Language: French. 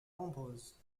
nombreuses